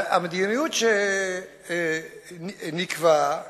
והמדיניות שנקבעה